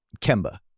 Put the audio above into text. Kemba